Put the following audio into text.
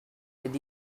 did